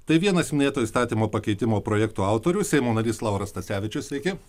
tai vienas minėto įstatymo pakeitimo projekto autorių seimo narys lauras stacevičius sveiki